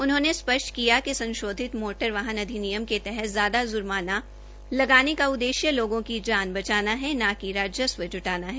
उन्होंने स्पष्ट किया कि संशोधित मोटर वाहन अधिनियम के तहत ज्यादा जुर्माना लगाने का उददेश्य लोगों की जान बचाना है न कि राजस्व जुटाना है